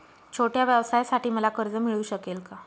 छोट्या व्यवसायासाठी मला कर्ज मिळू शकेल का?